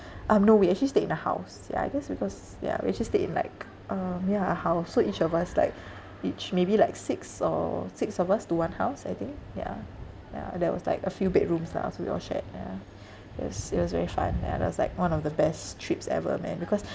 um no we actually stayed in a house ya I guess because ya we just stayed in like um ya a house so each of us like each maybe like six or six of us to one house I think ya ya and that was like a few bedrooms lah so we all shared ya it was it was very fun ya that was like one of the best trips ever man because